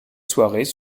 soirées